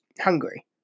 hungry